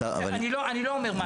אני לא אומר מה לעשות.